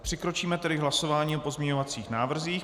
Přikročíme tedy k hlasování o pozměňovacích návrzích.